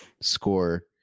score